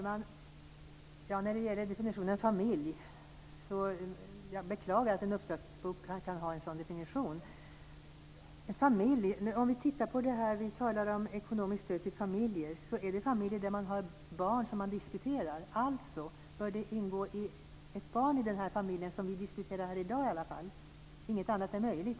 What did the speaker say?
Fru talman! När det gäller definitionen av en familj beklagar jag att en uppslagsbok kan ha en sådan definition. Vi talar om ekonomiskt stöd till familjer. Det är familjer med barn som vi diskuterar, alltså bör det ingå ett barn i den familj som vi diskuterar här i dag. Inget annat är möjligt.